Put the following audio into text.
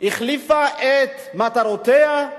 החליפה את מטרותיה.